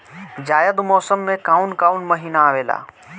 जायद मौसम में काउन काउन महीना आवेला?